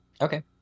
Okay